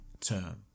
term